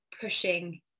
pushing